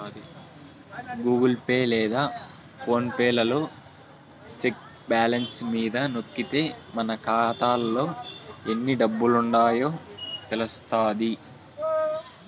Google Pay లేదా PhonePe లలో check balance మీద నొక్కితే మన కాతాలో ఎన్ని డబ్బులుండాయో తెలస్తాది